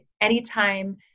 anytime